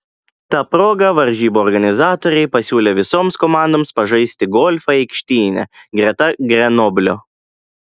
ta proga varžybų organizatoriai pasiūlė visoms komandoms pažaisti golfą aikštyne greta grenoblio